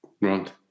Right